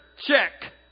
check